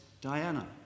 Diana